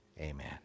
Amen